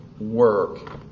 work